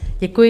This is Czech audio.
Děkuji.